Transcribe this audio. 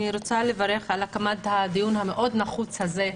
אני רוצה לברך על קיום הדיון המאוד נחוץ הזה.